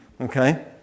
Okay